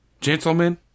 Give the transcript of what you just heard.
Gentlemen